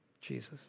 Jesus